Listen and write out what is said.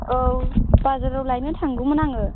औ बाजाराव लायनो थांगौमोन आङो